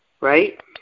Right